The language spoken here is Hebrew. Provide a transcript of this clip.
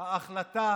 ההחלטה